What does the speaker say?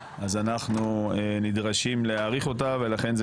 אז אנחנו נדרשים להאריך אותה ולכן זה